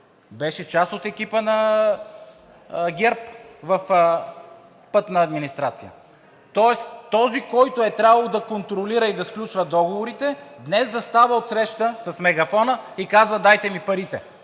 беше част от екипа на ГЕРБ в Пътната администрация. Тоест този, който е трябвало да контролира и да сключва договорите, днес застава отсреща с мегафона и казва: „Дайте ми парите!“